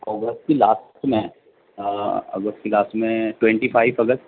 اگست کی لاسٹ میں اگست کی لاسٹ میں ٹوئنٹی فائیو اگست